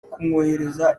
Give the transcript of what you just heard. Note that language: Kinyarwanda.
kumwohereza